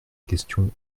question